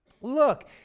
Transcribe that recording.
Look